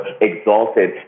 exalted